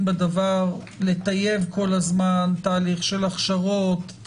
בדבר לטייב כל הזמן תהליך של הכשרות,